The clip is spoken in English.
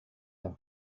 have